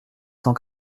cent